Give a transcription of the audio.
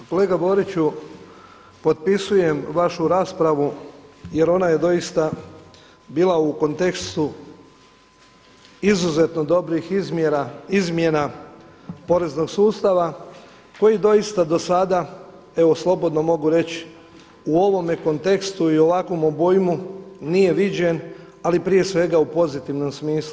Kolega Boriću, potpisujem vaš raspravu jer ona je doista bila u kontekstu izuzetno dobrih izmjena poreznog sustava koji doista do sada evo slobodno mogu reć, u ovome kontekstu i u ovakvom obujmu nije viđen ali prije svega u pozitivnom smislu.